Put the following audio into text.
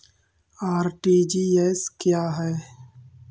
RTGS क्या है?